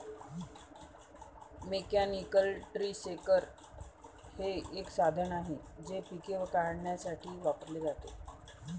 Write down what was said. mechanical tree shaker हे एक साधन आहे जे पिके काढण्यासाठी वापरले जाते